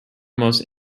most